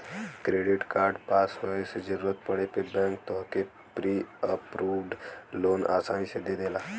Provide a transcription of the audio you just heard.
credit card पास होये से जरूरत पड़े पे बैंक तोहके प्री अप्रूव्ड लोन आसानी से दे देला